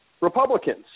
Republicans